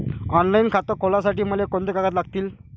Online खातं खोलासाठी मले कोंते कागद लागतील?